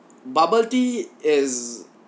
bubble tea is